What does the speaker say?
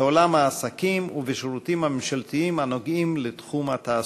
בעולם העסקים ובשירותים הממשלתיים הנוגעים לתחום התעסוקה.